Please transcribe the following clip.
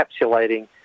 encapsulating